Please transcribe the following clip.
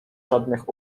żadnych